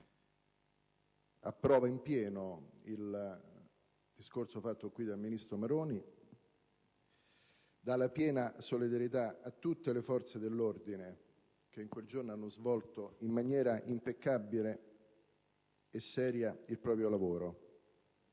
approva in pieno il discorso reso questa mattina in Aula dal ministro Maroni ed esprime piena solidarietà a tutte le forze dell'ordine, che in quel giorno hanno svolto in maniera impeccabile e seria il proprio lavoro.